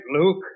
Luke